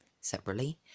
separately